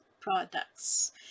products